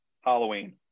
Halloween